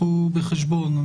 קחו בחשבון.